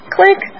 Click